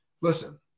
listen